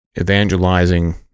evangelizing